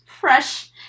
fresh